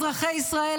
אזרחי ישראל,